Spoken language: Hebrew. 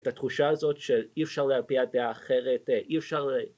את התחושה הזאת של אי אפשר להביע את דעה אחרת, אי אפשר ל...